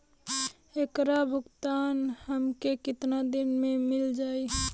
ऐकर भुगतान हमके कितना दिन में मील जाई?